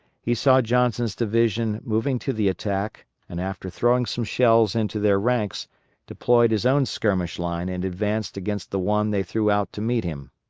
he saw johnson's division moving to the attack and after throwing some shells into their ranks deployed his own skirmish line and advanced against the one they threw out to meet him.